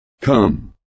come